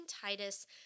Titus